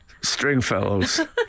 Stringfellows